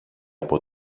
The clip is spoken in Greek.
από